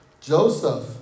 Joseph